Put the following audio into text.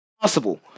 Possible